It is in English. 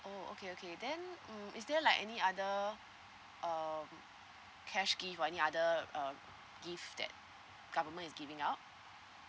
oh okay okay then mm is there like any other um cash gift or any other uh gift that government is giving out